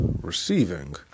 receiving